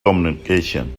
communications